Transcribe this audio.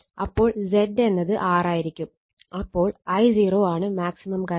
അപ്പോൾ Z എന്നത് R ആയിരിക്കും അപ്പോൾ I0 ആണ് മാക്സിമം കറണ്ട്